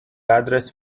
address